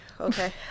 Okay